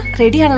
ready